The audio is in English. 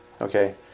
okay